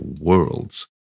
worlds